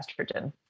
estrogen